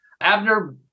Abner